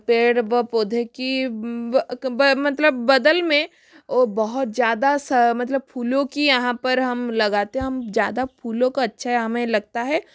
पेड़ व पौधे की मतलब बदल में वो बहुत ज़्यादा सा मतलब फूलों की यहाँ पर हम लगाते है हम ज़्यादा फूलों का अच्छा हमें लगता है